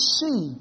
see